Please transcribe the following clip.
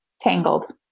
Tangled